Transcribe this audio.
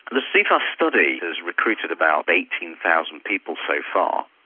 the cfas study has recruited about eighteen thousand people so far,